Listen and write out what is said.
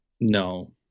No